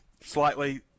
slightly